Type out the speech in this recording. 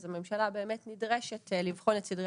אז הממשלה באמת נדרשת לבחון את סדרי